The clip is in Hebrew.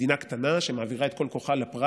מדינה קטנה שמעבירה את כל כוחה לפרט,